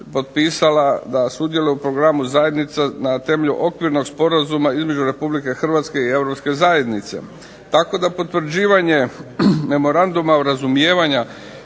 potpisala da sudjeluje u programu zajednica na temelju okvirnog sporazuma između RH i EZ. Tako da potvrđivanje memoranduma o razumijevanju